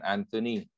Anthony